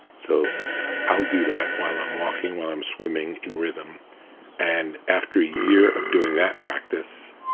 so i'll do that while i'm walking, while i'm swimming in rhythm and after a year of doing that practice,